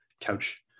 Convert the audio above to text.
couch